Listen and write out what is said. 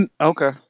Okay